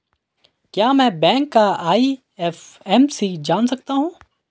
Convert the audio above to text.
क्या मैं बैंक का आई.एफ.एम.सी जान सकता हूँ?